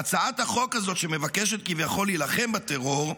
שהצעת החוק הזאת, שמבקשת כביכול להילחם בטרור,